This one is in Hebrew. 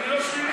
אני לא שלילי,